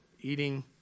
eating